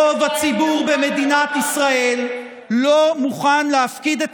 רוב הציבור במדינת ישראל לא מוכן להפקיד את